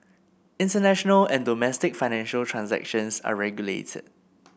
international and domestic financial transactions are regulated